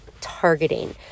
targeting